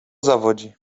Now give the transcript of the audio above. zawodzi